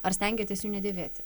ar stengiatės jų nedėvėti